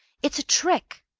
it's a trick!